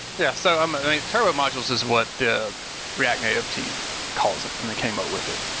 yeah. so um ah turbo modules is what the react native team calls it and they came up with it.